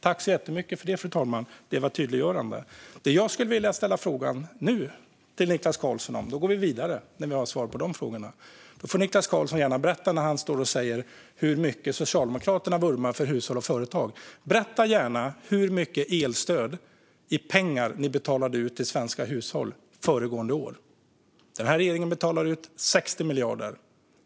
Tack för det, det var ett tydliggörande! Fru talman! Då går vi vidare, nu när vi har fått svar på de frågorna. Då får Niklas Karlsson, som står och säger hur mycket Socialdemokraterna vurmar för hushåll och företag, gärna berätta hur mycket elstöd i pengar ni betalade ut till svenska hushåll föregående år. Den här regeringen betalar ut 60 miljarder.